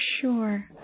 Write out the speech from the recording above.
sure